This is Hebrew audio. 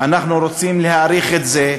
אנחנו רוצים להאריך את זה,